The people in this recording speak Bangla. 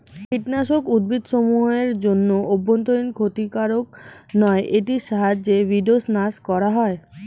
কীটনাশক উদ্ভিদসমূহ এর জন্য অভ্যন্তরীন ক্ষতিকারক নয় এটির সাহায্যে উইড্স নাস করা হয়